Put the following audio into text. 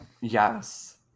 Yes